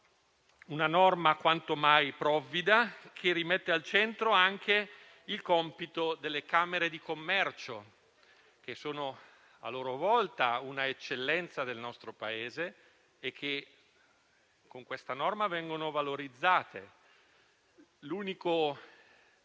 una norma, quanto mai provvida, che rimette al centro anche il compito delle camere di commercio che sono, a loro volta, una eccellenza del nostro Paese e che con questa norma vengono valorizzate. L'unico